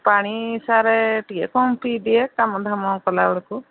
ପାଣି ସାର୍ ଟିକେ କମ୍ ପିଇଦିଏ କାମ ଧାମ କଲାବେଳକୁ